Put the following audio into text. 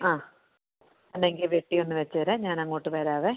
ആ ഉണ്ടെങ്കിൽ വെട്ടി ഒന്ന് വെച്ചേരെ ഞാനങ്ങോട്ട് വരാമേ